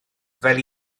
fel